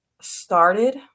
started